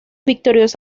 victorias